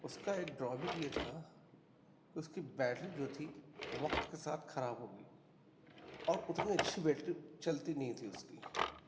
اس کا ایک drawback یہ تھا اس کی بیٹری جو تھی وقت کے ساتھ خراب ہو گئی اور اتنی اچھی بیٹری چلتی نہیں تھی اس کی